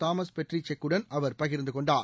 Thomas Petri செக்குடன் அவர் பகிர்ந்து கொண்டார்